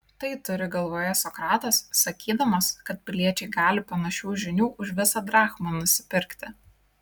tai turi galvoje sokratas sakydamas kad piliečiai gali panašių žinių už visą drachmą nusipirkti